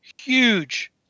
huge